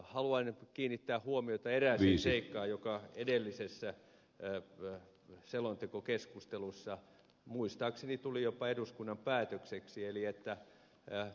haluan kiinnittää huomiota erääseen seikkaan joka edellisessä selontekokeskustelussa muistaakseni tuli jopa eduskunnan päätökseksi eli että eräät